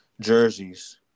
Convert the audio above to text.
jerseys